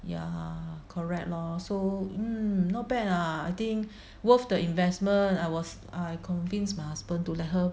ya correct lor so mm not bad lah I think worth the investment I was I convinced my husband to let her